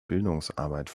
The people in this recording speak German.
bildungsarbeit